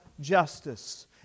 justice